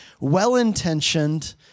well-intentioned